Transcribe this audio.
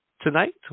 Tonight